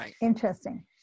interesting